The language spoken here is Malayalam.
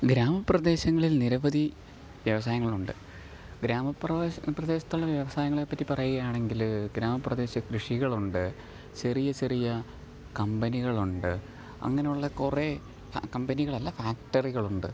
ഗ്രാമപ്രദേശങ്ങളില് നിരവധി വ്യവസായങ്ങളുണ്ട് ഗ്രാമപ്രദേശ് പ്രദേശത്തുള്ള വ്യവസായങ്ങളേപ്പറ്റി പറയുകയാണെങ്കിൽ ഗ്രാമപ്രദേശ കൃഷികളുണ്ട് ചെറിയ ചെറിയ കമ്പനികളുണ്ട് അങ്ങനെയുള്ള കുറേ കമ്പനികളല്ല ഫാക്റ്ററികളുണ്ട്